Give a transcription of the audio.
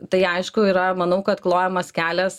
tai aišku yra manau kad klojamas kelias